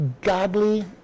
godly